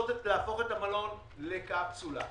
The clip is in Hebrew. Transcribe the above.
להפוך את המלון לקפסולה.